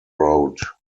road